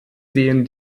sehen